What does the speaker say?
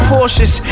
Porsches